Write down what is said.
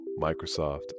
Microsoft